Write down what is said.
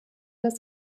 das